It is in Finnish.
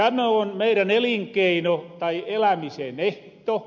tämä on meidän elinkeino tai elämisen ehto